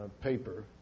paper